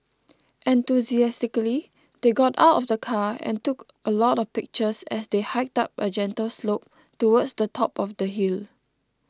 enthusiastically they got out of the car and took a lot of pictures as they hiked up a gentle slope towards the top of the hill